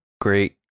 great